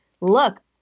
look